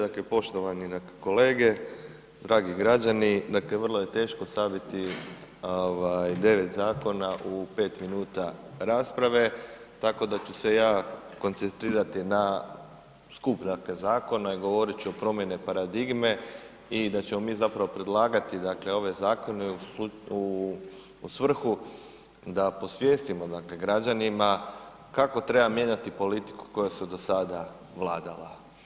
Dakle, poštovani kolege, dragi građani dakle vrlo je teško saviti ovaj 9 zakona u 5 minuta rasprave, tako da ću se ja koncentrirati na skup zakona i govorit ću o promjene paradigme i da ćemo mi zapravo predlagati ove zakone u svrhu da posvijestimo dakle građanima kako treba mijenjati politiku koja su do sada vladala.